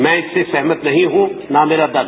मैं इससे सहमत नहीं हूं ना मेरा दल